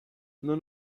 non